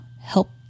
help